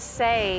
say